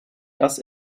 das